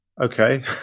Okay